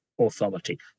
Authority